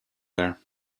there